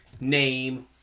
name